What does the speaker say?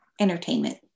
entertainment